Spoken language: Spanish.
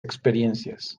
experiencias